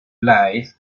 life